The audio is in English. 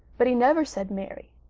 but he never said marry.